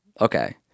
Okay